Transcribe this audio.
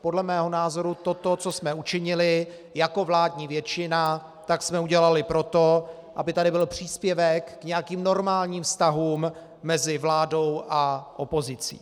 Podle mého názoru toto, co jsme učinili jako vládní většina, jsme udělali pro to, aby tady byl příspěvek k nějakým normálním vztahům mezi vládou a opozicí.